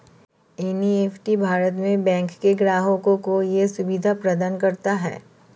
NEFT Bharat में bank के ग्राहकों को ये सुविधा प्रदान करता है